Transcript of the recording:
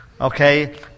okay